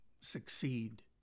succeed